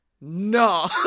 No